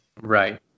Right